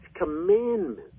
commandments